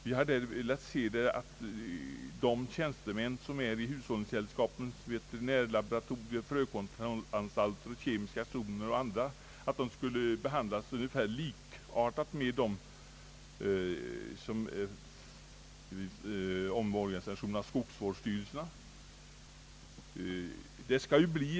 Vi har önskat att tjänstemännen vid hushållningssällskapens veterinärlaboratorier, frökontrollanstalter, kemiska stationer och andra anstalter skall behandlas ungefär likartat med vad som skedde vid omorganisationen av skogsvårdsstyrelserna.